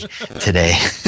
today